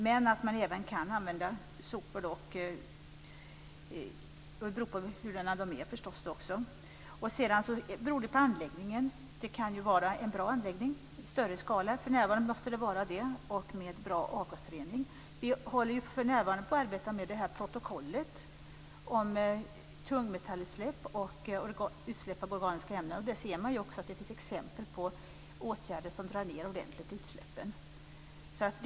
Man kan även använda sopor, beroende på hurdana de är. Det beror också på anläggningen. Det kan vara en bra anläggning. För närvarande måste det vara anläggningar i stor skala med bra avgasrening. För närvarande arbetar vi med ett protokoll om tungmetallutsläpp och utsläpp av organiska ämnen. Det finns exempel på åtgärder som drar ned utsläppen ordentligt.